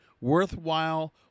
worthwhile